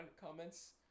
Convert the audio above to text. comments